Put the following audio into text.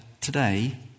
today